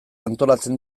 antolatzen